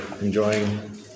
enjoying